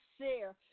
share